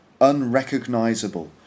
unrecognizable